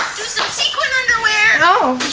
some sequin underwear. oh.